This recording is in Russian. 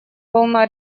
волна